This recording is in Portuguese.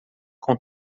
com